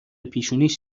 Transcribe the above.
پیشونیش